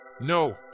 No